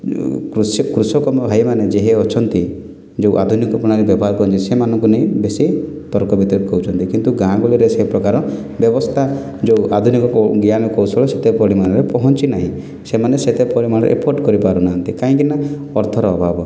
କୃଷି କୃଷକ ଭାଇମାନେ ଯିଏ ଅଛନ୍ତି ଯେଉଁ ଆଧୁନିକ ପ୍ରଣାଳି ବ୍ୟବହାର କରନ୍ତି ସେମାନଙ୍କୁ ନେଇ ବେଶୀ ତର୍କ ବିତର୍କ କରୁଛନ୍ତି କିନ୍ତୁ ଗାଁ ଗହଳିରେ ସେ ପ୍ରକାର ବ୍ୟବସ୍ଥା ଯେଉଁ ଆଧୁନିକ ଜ୍ଞାନ କୌଶଳ ସେତେ ପରିମାଣରେ ପହଞ୍ଚିନାହିଁ ସେମାନେ ସେତେ ପରିମାଣରେ ଏଫର୍ଟ୍ କରିପାରୁ ନାହଁନ୍ତି କାହିଁକିନା ଅର୍ଥର ଅଭାବ